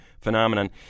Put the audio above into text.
phenomenon